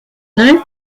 known